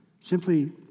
simply